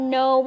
no